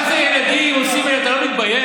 מה זה ילדים, עושים, אתה לא מתבייש?